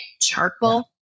Charcoal